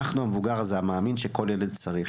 אנחנו המבוגר הזה המאמין שכל ילד צריך.